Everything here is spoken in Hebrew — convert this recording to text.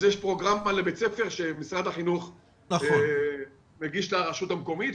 אז יש פרוגרמה לבית הספר שמשרד החינוך מגיש לרשות המקומית,